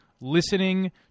listening